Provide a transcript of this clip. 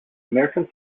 american